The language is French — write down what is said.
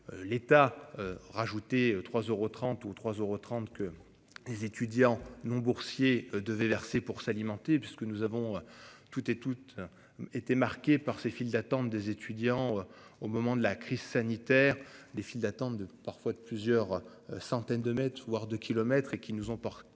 L'État rajouter 3 euros 30 ou 3 euros 30, que les étudiants non boursiers devaient verser pour s'alimenter, puisque nous avons. Toutes et toutes été marquée par ces files d'attente des étudiants au moment de la crise sanitaire. Des files d'attente de parfois de plusieurs centaines de mètres, voire de kilomètres et qui nous ont qui